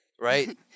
Right